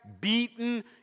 beaten